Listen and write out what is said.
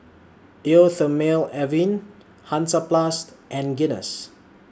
Eau Thermale Avene Hansaplast and Guinness